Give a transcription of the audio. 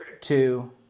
two